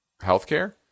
healthcare